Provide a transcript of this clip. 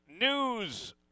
news